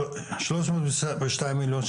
בסדר גמור.